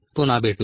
पुन्हा भेटूया